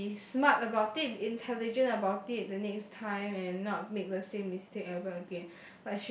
be smart about deep intelligent about it the next time and not make the same mistakes ever again